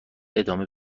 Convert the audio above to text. ادامه